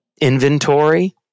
inventory